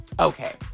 Okay